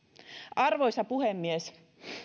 arvoisa puhemies